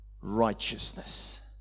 righteousness